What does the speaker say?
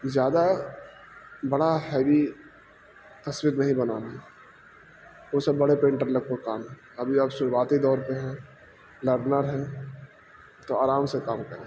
زیادہ بڑا ہیوی تصویت نہیں بنا رہا ہے اس سےے بڑے پینٹر لگ کام ہیں ابھی آبپ شروعاتی دور پہ ہیں لڈنر ہیں تو آرام سے کام کریں